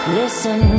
listen